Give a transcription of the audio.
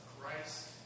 Christ